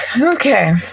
Okay